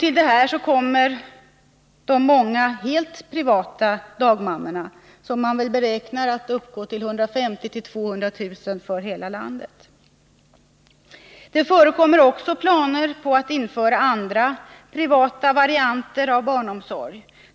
Till detta kommer de många helt privata dagmammorna, som beräknas uppgå till 150 000-200 000 i hela landet. Det förekommer också planer på att införa andra varianter av privat barnomsorg.